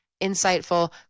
insightful